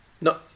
No